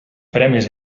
premis